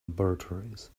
laboratories